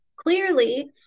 clearly